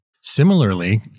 Similarly